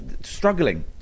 struggling